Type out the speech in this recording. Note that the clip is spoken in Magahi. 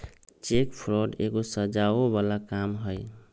चेक फ्रॉड एगो सजाओ बला काम हई